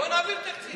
בואו נעביר תקציב.